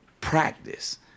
practice